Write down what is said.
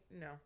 No